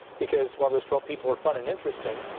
because, while those twelve people are fun and interesting,